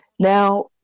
Now